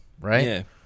right